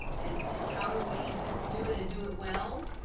and and how do we do it and do it well,